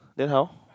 then how